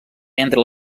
entre